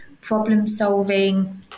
problem-solving